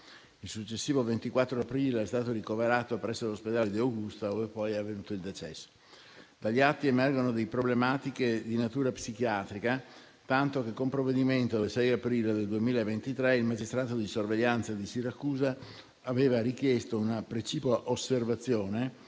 Il successivo 24 aprile è stato ricoverato presso l'ospedale di Augusta, ove poi è avvenuto il decesso. Dagli atti emergono delle problematiche di natura psichiatrica, tanto che, con provvedimento del 6 aprile 2023, il magistrato di sorveglianza di Siracusa aveva richiesto una precipua osservazione